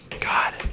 God